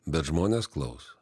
bet žmonės klauso